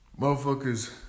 Motherfuckers